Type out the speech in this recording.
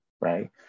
right